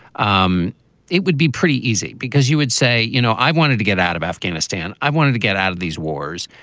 um it would be pretty easy because you would say, you know, i wanted to get out of afghanistan. i wanted to get out of these wars.